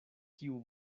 kiu